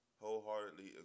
wholeheartedly